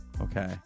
okay